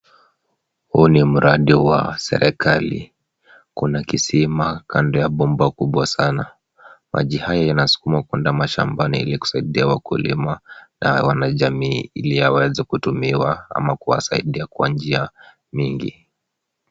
Huu ni mradi wa serikali. Kuna kisima kando ya bomba kubwa sana. Maji hayo yanasukumwa kwenda mashambani ili kusaidia wakulima na wanajamii ili yaweze kutumiwa ama kuwasaidia kwa njia nyingi.